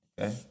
Okay